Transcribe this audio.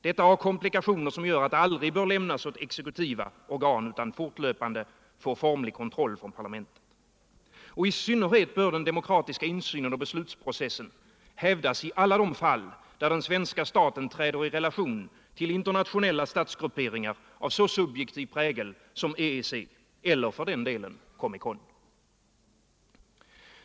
Detta har komplikationer som gör att det aldrig bör lämnas åt exekutiva organ utan fortlöpande, formlig kontroll från parlamentet. I synnerhet bör den demokratiska insynen och beslutsprocessen hävdas i alla de fall där den svenska staten träder i relation till internationella statsgrupperingar av så subjektiv prägel som EG -— eller Comecon.